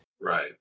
Right